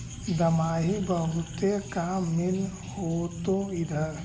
दमाहि बहुते काम मिल होतो इधर?